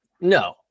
No